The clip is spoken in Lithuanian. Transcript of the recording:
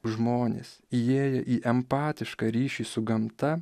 žmonės įėję į empatišką ryšį su gamta